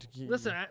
listen